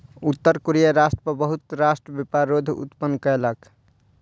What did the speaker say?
उत्तर कोरिया राष्ट्र पर बहुत राष्ट्र व्यापार रोध उत्पन्न कयलक